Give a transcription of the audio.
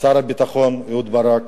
שר הביטחון אהוד ברק,